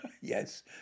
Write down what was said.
Yes